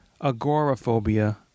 agoraphobia